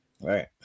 Right